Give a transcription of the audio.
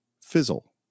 fizzle